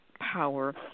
power